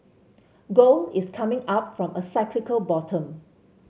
gold is coming up from a cyclical bottom